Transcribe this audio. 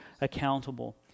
accountable